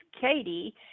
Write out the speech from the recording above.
Katie